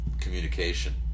communication